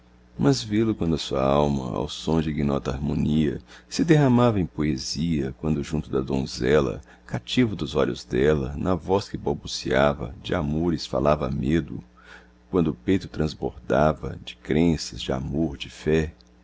mas vê-lo quando a sua alma ao som dignota harmonia se derramava em poesia quando junto da donzela cativo dos olhos dela na voz que balbuciava de amores falava a medo quando o peito trasbordava de crenças de amor de fé